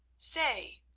say,